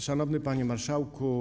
Szanowny Panie Marszałku!